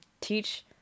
teach